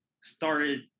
started